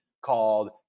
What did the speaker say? called